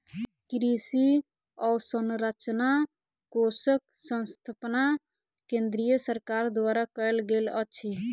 कृषि अवसंरचना कोषक स्थापना केंद्रीय सरकार द्वारा कयल गेल अछि